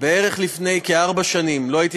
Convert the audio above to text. אנחנו עוברים